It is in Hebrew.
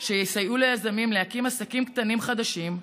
שיסייעו ליזמים להקים עסקים קטנים חדשים,